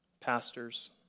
pastors